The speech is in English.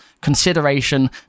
consideration